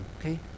okay